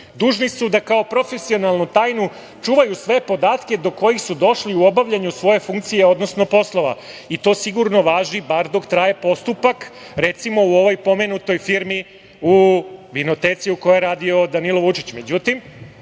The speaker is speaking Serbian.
dužni su da kao profesionalnu tajnu čuvaju sve podatke do kojih su došli u obavljanju svoje funkcije, odnosno poslova“. To sigurno važi, bar dok traje postupak. Recimo, u ovoj pomenutoj firmi, u vinoteci u kojoj je radio Danilo